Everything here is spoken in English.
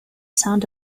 sound